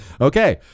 Okay